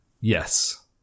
Yes